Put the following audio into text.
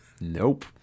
nope